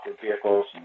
vehicles